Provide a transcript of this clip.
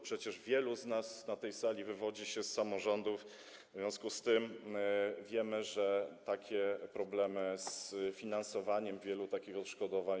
Przecież wielu z nas na tej sali wywodzi się z samorządów, w związku z tym wiemy, że mogłyby nastąpić problemy z finansowaniem wielu odszkodowań.